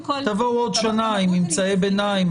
כל --- תבואו בעוד שנה עם ממצאי ביניים,